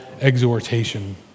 exhortation